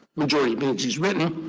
majority believes he's written.